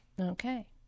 Okay